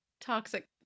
toxic